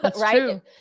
Right